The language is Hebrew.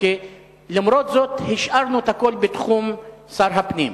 למרות זאת, השארנו את הכול בתחום שר הפנים.